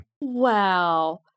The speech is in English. Wow